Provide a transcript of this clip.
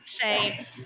say